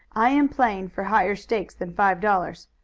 i am playing for higher stakes than five dollars.